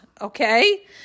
okay